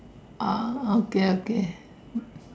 ah okay okay